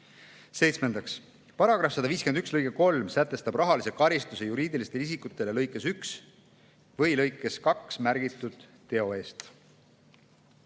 Seitsmendaks, § 151 lõige 3 sätestab rahalise karistuse juriidilistele isikutele lõikes 1 või lõikes 2 märgitud teo eest.